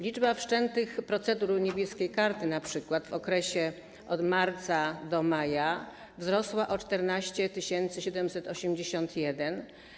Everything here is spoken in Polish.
Liczba wszczętych procedur „Niebieskiej karty” np. w okresie od marca do maja wzrosła o 14 781.